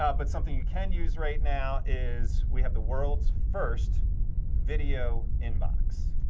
ah but something you can use right now is we have the world's first video inbox.